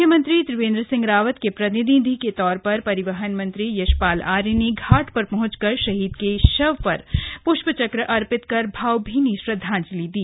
मुख्यमंत्री त्रिवेन्द्र सिह रावत के प्रतिनिधि के तौर पर परिवहन मंत्री यशपाल आर्य ने घाट पर पहुँच कर शहीद के शव पर पुष्पचक्र अर्पित कर भावभीनी श्रद्वांजलि दी